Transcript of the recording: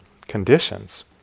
conditions